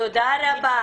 תודה רבה.